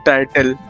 Title